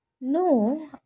No